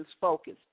focus